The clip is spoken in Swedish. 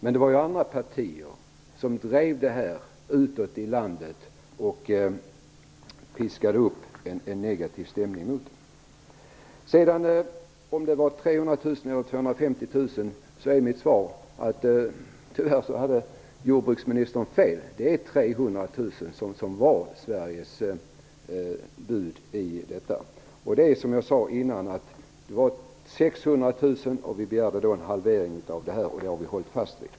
Men det fanns andra partier som drev frågan ute i landet, och piskade upp en negativ stämning emot detta. På frågan om det gällde 300 000 eller 250 000 är mitt svar att tyvärr hade jordbruksministern fel. Sveriges bud var 300 000. Som jag sade tidigare gällde det 600 000, vilket vi begärde en halvering av. Det har vi hållit fast vid.